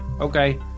Okay